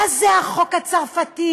מה זה החוק הצרפתי